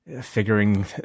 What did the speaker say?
figuring